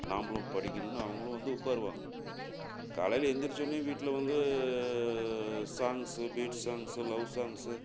நாம்மளும் படிக்கணும்ன்னு அவங்களும் வந்து உட்காருவாங்க காலையில் எழுந்திரிச்சோன்னே வீட்டில் வந்து songs beat songs love songs